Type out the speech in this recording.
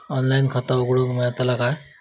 Online खाता उघडूक मेलतला काय?